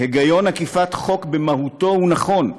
היגיון אכיפת החוק במהותו הוא נכון,